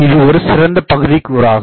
இது ஒரு சிறந்த பகுதி கூறாகும்